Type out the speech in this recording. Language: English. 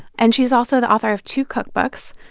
and she's also the author of two cookbooks.